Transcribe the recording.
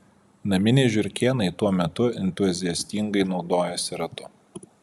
naminiai žiurkėnai tuo metu entuziastingai naudojasi ratu